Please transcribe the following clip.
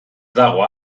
dago